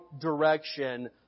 direction